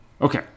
Okay